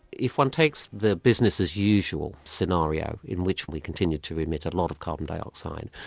if one takes the business as usual scenario in which we continue to emit a lot of carbon dioxide,